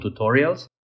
tutorials